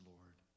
Lord